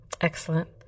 Excellent